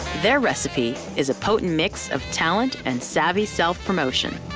their recipe is a potent mix of talent and savvy self promotion.